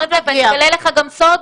ואני אגלה לך גם סוד,